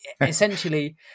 Essentially